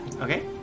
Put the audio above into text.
Okay